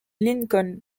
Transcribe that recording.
lincoln